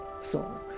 song